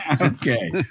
Okay